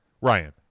Ryan